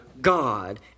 God